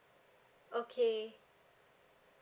okay